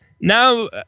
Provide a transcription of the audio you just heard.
now